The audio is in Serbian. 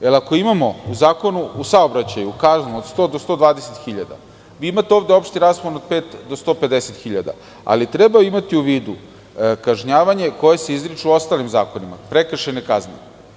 Jer, ako imamo u Zakonu o saobraćaju kaznu od 100.000 do 120.000 dinara, vi imate ovde opšti raspon od 5.000 do 150.000 dinara, ali treba imati u vidu kažnjavanja koja se izriču u ostalim zakonima, prekršajne kazne.